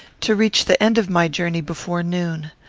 to reach the end of my journey before noon.